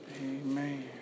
Amen